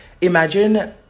imagine